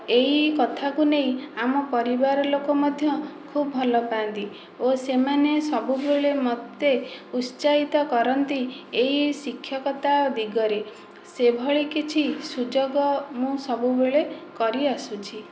ଏହି କଥାକୁ ନେଇ ଆମ ପରିବାର ଲୋକ ମଧ୍ୟ ଖୁବ ଭଲ ପାନ୍ତି ଓ ସେମାନେ ସବୁବେଳେ ମୋତେ ଉତ୍ସାହିତ କରନ୍ତି ଏହି ଶିକ୍ଷକିତା ଦିଗରେ ସେହିଭଳି କିଛି ସୁଯୋଗ ମୁଁ ସବୁବେଳେ କରିଆସୁଛି